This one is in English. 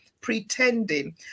pretending